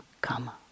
kama